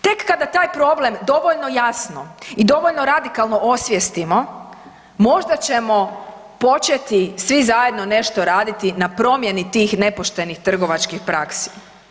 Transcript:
Tek kada taj problem dovoljno jasno i dovoljno radikalno osvijestimo, možda ćemo početi svi zajedno nešto raditi na promjeni tih nepoštenih trgovačkih praksi.